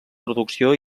traducció